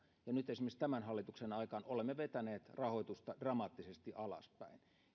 ja nyt esimerkiksi tämän hallituksen aikaan olemme vetäneet rahoitusta dramaattisesti alaspäin